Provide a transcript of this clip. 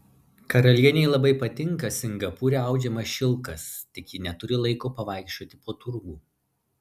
karalienei labai patinka singapūre audžiamas šilkas tik ji neturi laiko pavaikščioti po turgų